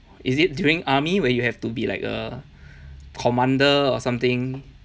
is it during army when you have to be like a commander or something